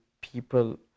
people